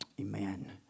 amen